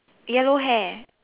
yellow hair